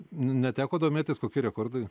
neteko domėtis kokie rekordai